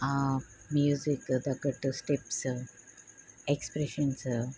music తగ్గట్టు steps expressions